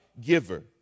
giver